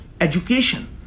education